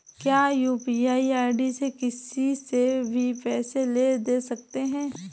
क्या UPI ID से किसी से भी पैसे ले दे सकते हैं?